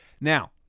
Now